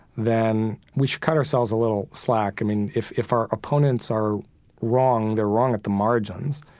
then, we should cut ourselves a little slack. i mean, if if our opponents are wrong, they're wrong at the margins.